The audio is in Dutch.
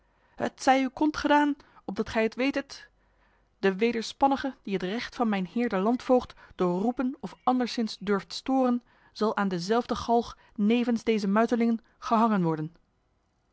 het zij u kond gedaan opdat gij het wetet de wederspannige die het recht van mijn heer de landvoogd door roepen of anderszins durft storen zal aan dezelfde galg nevens deze muitelingen gehangen worden